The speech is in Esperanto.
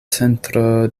centro